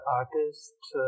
artists